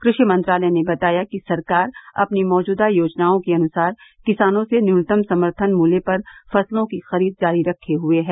कृषि मंत्रालय ने बताया कि सरकार अपनी मौजूदा योजनाओं के अनुसार किसानों से न्यूनतम समर्थन मूल्य पर फसलों की खरीद जारी रखे हुए है